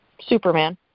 Superman